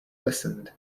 listened